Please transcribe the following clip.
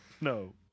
No